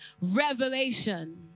revelation